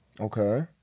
Okay